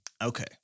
Okay